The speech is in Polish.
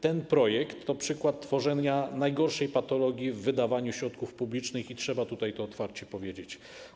Ten projekt to przykład tworzenia najgorszej patologii w wydawaniu środków publicznych i trzeba to tutaj otwarcie powiedzieć.